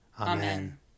Amen